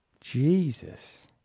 Jesus